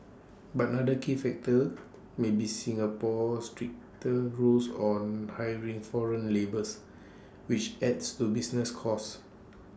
but another key factor may be Singapore's stricter rules on hiring foreign labours which adds to business costs